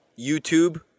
YouTube